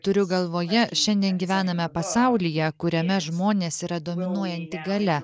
turiu galvoje šiandien gyvename pasaulyje kuriame žmonės yra dominuojanti galia